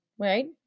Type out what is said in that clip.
right